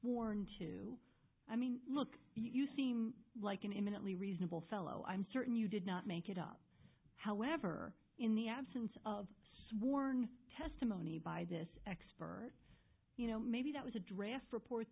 sworn to i mean look you seem like an imminently reasonable fellow i'm certain you did not make it up however in the absence of sworn testimony by this expert you know maybe that was a draft report